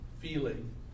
feeling